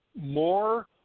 More